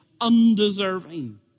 undeserving